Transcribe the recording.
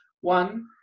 one